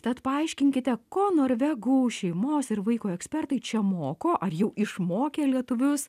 tad paaiškinkite ko norvegų šeimos ir vaiko ekspertai čia moko ar jau išmokė lietuvius